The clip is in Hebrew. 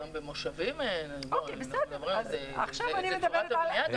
גם במושבים אין, זו צורת הבנייה.